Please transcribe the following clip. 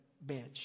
bench